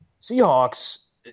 Seahawks